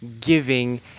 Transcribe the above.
giving